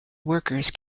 workers